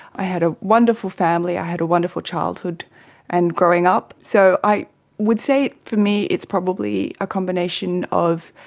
i had a wonderful family, i had a wonderful childhood and growing up, so i would say for me it's probably a combination of